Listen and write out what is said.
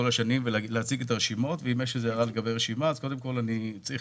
נהגתי להציג את הרשימות ואם יש הערה לגבי רשימה אז אני צריך